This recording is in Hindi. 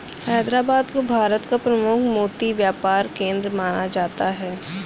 हैदराबाद को भारत का प्रमुख मोती व्यापार केंद्र माना जाता है